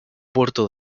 puerto